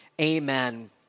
amen